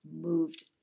moved